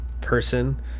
person